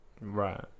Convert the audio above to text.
Right